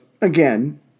again